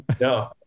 no